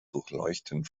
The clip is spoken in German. durchleuchten